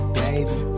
baby